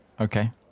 Okay